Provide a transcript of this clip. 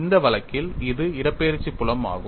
இந்த வழக்கில் இது இடப்பெயர்ச்சி புலம் ஆகும்